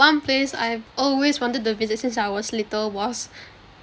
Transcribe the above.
one place I have always wanted to visit since I was little was